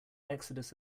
exodus